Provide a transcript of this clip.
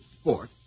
sport